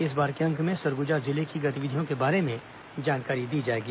इस बार के अंक में सरगुजा जिले की गतिविधियों के बारे में जानकारी दी जाएगी